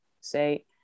say